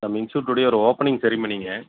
நம்ம இன்ஷூட்டுடைய ஒரு ஓப்பனிங் செரானிங்க